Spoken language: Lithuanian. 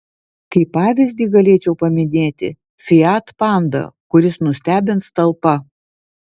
kaip pavyzdį galėčiau paminėti fiat panda kuris nustebins talpa